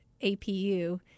APU